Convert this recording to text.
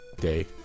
day